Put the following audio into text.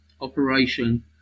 Operation